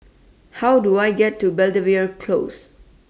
How Do I get to Belvedere Close